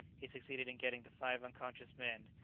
he succeeded in getting the five unconscious men,